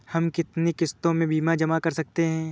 हम कितनी किश्तों में बीमा जमा कर सकते हैं?